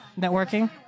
Networking